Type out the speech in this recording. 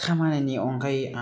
खामानिनि अनगायै आं